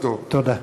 תודה.